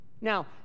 Now